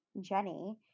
Jenny